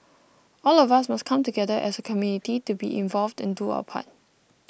all of us must come together as a community to be involved and do our part